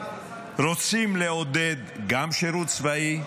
רוצים לעודד גם שירות צבאי,